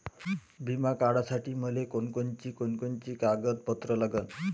बिमा काढासाठी मले कोनची कोनची कागदपत्र लागन?